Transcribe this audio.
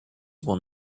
will